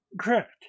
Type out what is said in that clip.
correct